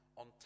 on